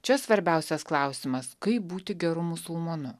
čia svarbiausias klausimas kaip būti geru musulmonu